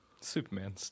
Superman